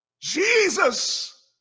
Jesus